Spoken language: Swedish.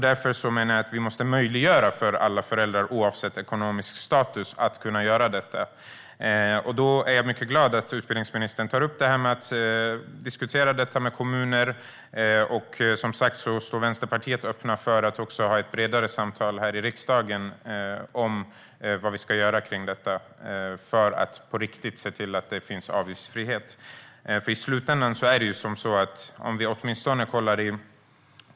Därför menar jag att vi måste möjliggöra för alla föräldrar, oavsett ekonomisk status, att göra detta. Jag är mycket glad över att utbildningsministern tar upp frågan om att diskutera detta med kommuner. Vänsterpartiet är som sagt öppet för att också ha ett bredare samtal här i riksdagen om vad vi ska göra för att på riktigt se till att det är avgiftsfrihet.